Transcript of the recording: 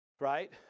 right